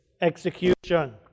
execution